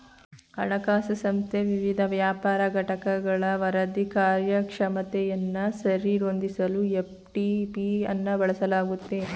ಹಣಕಾಸು ಸಂಸ್ಥೆ ವಿವಿಧ ವ್ಯಾಪಾರ ಘಟಕಗಳ ವರದಿ ಕಾರ್ಯಕ್ಷಮತೆಯನ್ನ ಸರಿ ಹೊಂದಿಸಲು ಎಫ್.ಟಿ.ಪಿ ಅನ್ನ ಬಳಸಲಾಗುತ್ತೆ